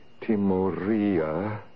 Timoria